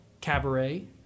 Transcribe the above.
Cabaret